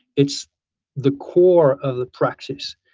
it's the core of the practice.